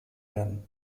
werden